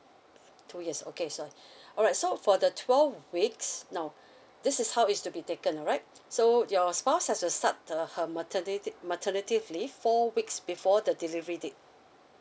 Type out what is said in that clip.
two years okay sure alright so for the twelve weeks now this is how it should be taken alright so your spouse has to start the her maternity maternity leave four weeks before the delivery date